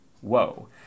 Whoa